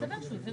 הכי מזהם